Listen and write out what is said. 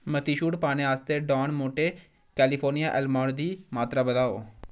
मती छूट पाने आस्तै डॉन मोंटे कैलिफोर्निया आलमंड दी मात्तरा बधाओ